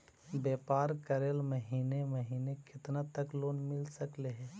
व्यापार करेल महिने महिने केतना तक लोन मिल सकले हे?